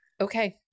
okay